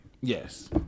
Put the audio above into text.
Yes